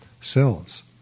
cells